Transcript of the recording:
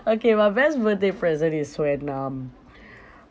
okay my best birthday present is when um